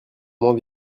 moins